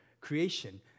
creation